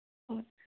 ꯍꯣꯏ